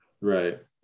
Right